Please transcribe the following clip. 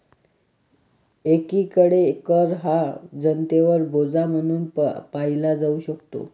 एकीकडे कर हा जनतेवर बोजा म्हणून पाहिला जाऊ शकतो